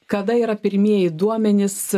kada yra pirmieji duomenys